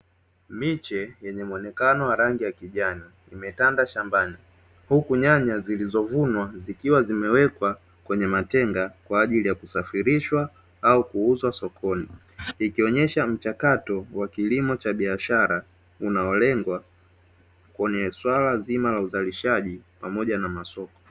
Miche yenye mwonekano wa rangi ya kijani imetanda shambani, huku nyanya zilizovunwa zikiwa zimewekwa kwenye matenga kwa ajili ya kusafirishwa kuuzwa sokoni ikionyesha mchakato wa kilimo cha biashara unaolengwa kwenye suala zima la uzalishaji pamoja na masoko.